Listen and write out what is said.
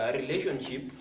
relationship